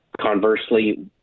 Conversely